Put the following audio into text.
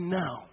now